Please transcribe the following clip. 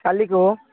କାଲିକୁ